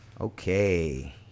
Okay